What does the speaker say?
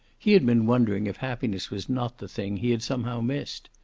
he had been wondering if happiness was not the thing he had somehow missed.